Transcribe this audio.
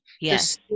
yes